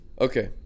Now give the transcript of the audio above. Okay